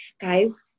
guys